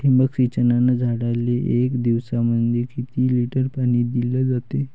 ठिबक सिंचनानं झाडाले एक दिवसामंदी किती लिटर पाणी दिलं जातं?